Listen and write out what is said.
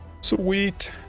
Sweet